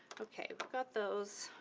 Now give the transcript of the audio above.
okay, we've got those.